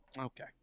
Okay